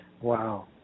Wow